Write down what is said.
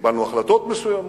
קיבלנו החלטות מסוימות,